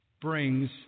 brings